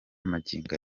magingo